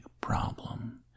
problem